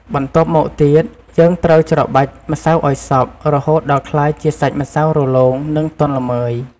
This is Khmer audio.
បន្ទាប់មកទៀត យើងត្រូវច្របាច់ម្សៅឲ្យសព្វ រហូតដល់ក្លាយជាសាច់ម្សៅរលោង និងទន់ល្មើយ។